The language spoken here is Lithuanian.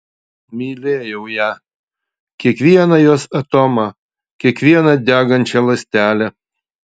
mylėjau ją kiekvieną jos atomą kiekvieną degančią ląstelę